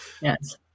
Yes